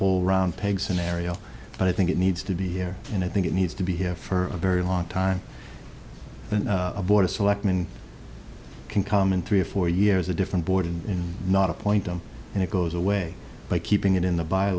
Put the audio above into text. all round pegs in area but i think it needs to be here and i think it needs to be here for a very long time the board of selectmen can come in three or four years a different board and not appoint them and it goes away by keeping it in the by